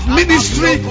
ministry